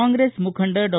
ಕಾಂಗ್ರೆಸ್ ಮುಖಂಡ ಡಾ